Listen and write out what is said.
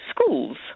schools